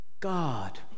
God